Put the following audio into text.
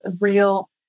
real